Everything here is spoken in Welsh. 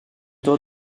dod